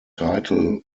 title